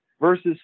versus